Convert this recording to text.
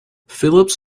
phillips